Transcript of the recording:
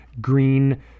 green